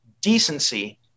Decency